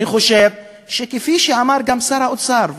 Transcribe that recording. אני חושב שכפי שאמר גם שר האוצר,